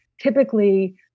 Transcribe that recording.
typically